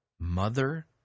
mother